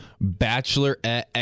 bachelor